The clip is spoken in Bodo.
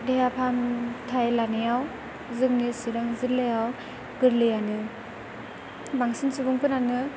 देहा फाहामथाय लानायाव जोंनि चिरां जिल्लायाव गोरलैयानो बांसिन सुबुंफोरानो